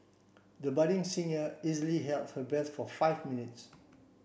the budding easily held her breath for five minutes